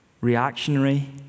reactionary